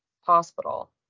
hospital